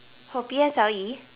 L_E